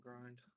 grind